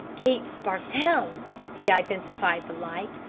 cape spartel, he identified the light.